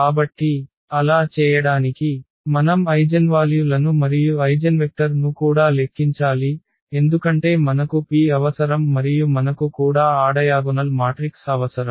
కాబట్టి అలా చేయడానికి మనం ఐగెన్వాల్యు లను మరియు ఐగెన్వెక్టర్ ను కూడా లెక్కించాలి ఎందుకంటే మనకు P అవసరం మరియు మనకు కూడా ఆ డయాగొనల్ మాట్రిక్స్ అవసరం